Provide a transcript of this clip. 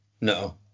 No